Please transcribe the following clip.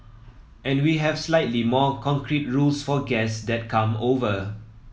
and we have slightly more concrete rules for guests that come over